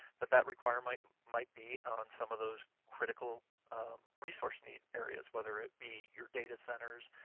that that requirement might be on some of those critical resource need areas, whether it be your data centers,